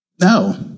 No